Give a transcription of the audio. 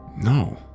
No